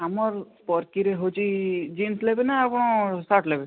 ଆମ ସ୍ପରକିରେ ହେଉଛି ଜିନ୍ସ ନେବେ ନା ଆପଣ ସାର୍ଟ ନେବେ